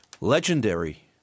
legendary